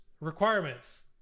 requirements